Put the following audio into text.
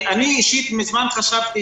אני אישית מזמן חשבתי